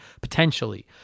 potentially